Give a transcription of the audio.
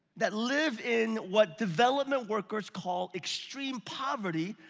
that live in what development workers call extreme poverty,